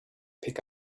pick